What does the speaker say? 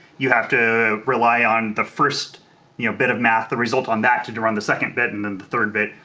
you have to rely on the first you know bit of math, the result on that to to run the second bit and then the third bit.